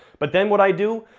but then what i do,